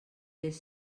les